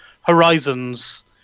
Horizons